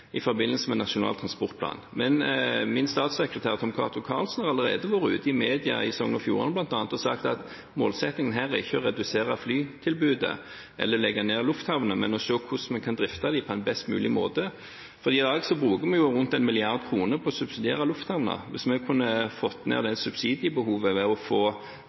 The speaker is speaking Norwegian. i forbindelse med Nasjonal transportplan. Men min statssekretær Tom Cato Karlsen har allerede vært ute i media bl.a. i Sogn og Fjordane og sagt at målsettingen her er ikke å redusere flytilbudet eller legge ned lufthavner, men å se på hvordan vi kan drifte dem på en best mulig måte. I dag bruker vi rundt en milliard kroner på å subsidiere lufthavner. Hvis vi kunne fått ned subsidiebehovet ved å få